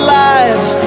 lives